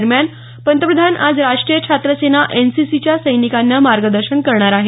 दरम्यान पंतप्रधान आज राष्ट्रीय छात्रसेना एनसीसीच्या सैनिकांना मार्गदर्शन करणार आहेत